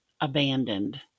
abandoned